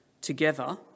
together